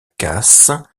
casse